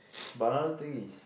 but another thing is